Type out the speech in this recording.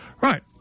Right